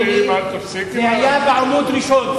כי אם זה היה ירי על אוטובוס של יהודים זה היה בעמוד ראשון.